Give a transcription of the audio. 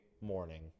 morning